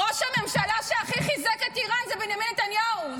ראש הממשלה שהכי חיזק את איראן זה בנימין נתניהו,